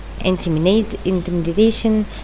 intimidation